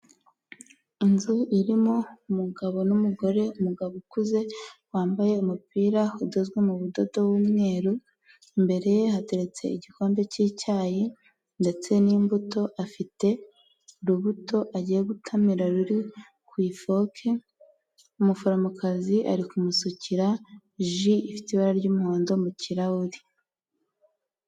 Inzu irimo umugabo n'umugore umugabo ukuze wambaye umupira udozwe mu budodo w'umweru imbere ye hateretse igikombe cy'icyayi ndetse n'imbuto afite urubuto agiye gutamira ruri ku ifoke umuforomokazi ari kumusukira ji ifite ibara ry'umuhondo mu kirahuri.